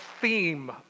theme